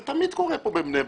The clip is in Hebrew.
זה תמיד קורה פה בבני ברק.